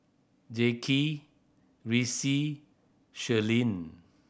Jaquez Ressie Shirlene